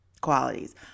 qualities